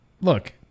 look